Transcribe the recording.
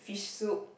fish soup